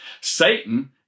Satan